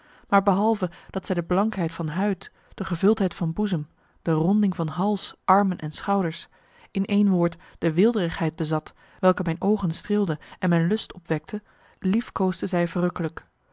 maar behalve dat zij de blankheid van huid de gevuldheid van boezem de ronding van hals armen en schouders in één woord de weelderigheid bezat welke mijn oogen streelde en mijn lust opwekte liefkoosde zij verrukkelijk